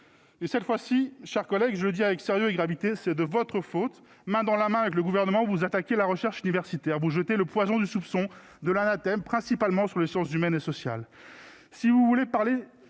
Et cette fois-ci, chers collègues, je dis avec sérieux et gravité, c'est de votre faute, main dans la main avec le gouvernement, vous attaquez la recherche universitaire vous jeter le poison du soupçon de l'anathème principalement sur le, sciences humaines et sociales,